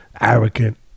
arrogant